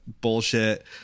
bullshit